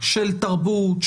של תרבות,